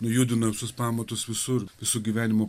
nujudino visus pamatus visur viso gyvenimo